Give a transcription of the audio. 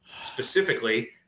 specifically